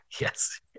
yes